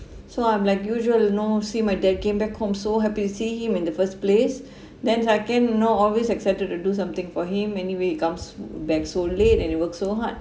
so I'm like usual you know see my dad came back home so happy to see him in the first place then I can you know always excited to do something for him anyway he comes back so late and he works so hard